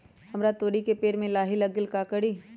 हमरा तोरी के पेड़ में लाही लग गेल है का करी?